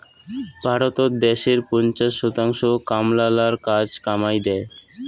ভারতত দ্যাশের পঞ্চাশ শতাংশ কামলালার কাজ কামাই দ্যায়